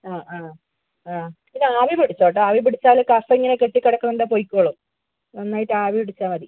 ആ ആ ആ പിന്നെ ആവി പിടിച്ചോട്ടോ ആവി പിടിച്ചാൽ കഫം ഇങ്ങനെ കെട്ടി കിടക്കുന്നുണ്ടേ പൊയ്ക്കോളും നന്നായിട്ട് ആവി പിടിച്ചാൽ മതി